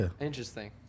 Interesting